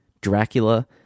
Dracula